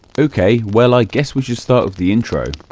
ok, well i guess we should start with the intro.